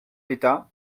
d’état